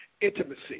intimacy